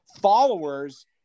followers